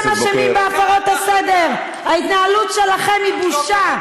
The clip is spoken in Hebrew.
אתם אשמים בהידרדרות של ההפגנות האלה לאלימות.